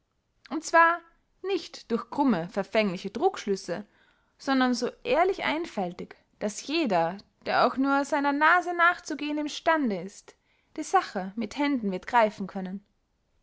und zwar nicht durch krumme verfängliche trugschlüsse sondern so ehrlich einfältig daß jeder der auch nur seiner nase nachzugehen im stande ist die sache mit händen wird greifen können